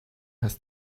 has